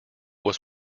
was